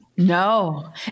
No